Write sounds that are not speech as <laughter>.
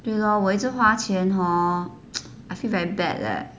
对 lor 我一直花钱 hor <noise> I feel very bad leh